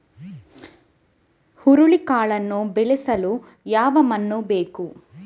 ಹುರುಳಿಕಾಳನ್ನು ಬೆಳೆಸಲು ಯಾವ ಮಣ್ಣು ಬೇಕು?